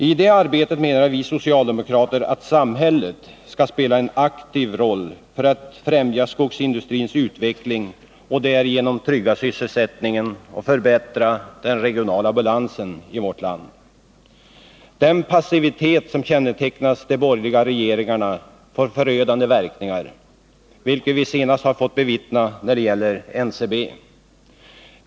I det arbetet menar vi socialdemokrater att samhället skall spela en aktiv roll för att främja skogsindustrins utveckling och därigenom trygga sysselsättningen och förbättra den regionala balansen i vårt land. Den passivitet som kännetecknar de borgerliga regeringarna får förödande verkningar, vilket vi senast har fått bevittna när det gäller NCB.